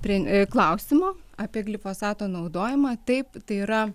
prie klausimo apie glifosato naudojimą taip tai yra